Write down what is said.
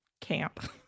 camp